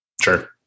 Sure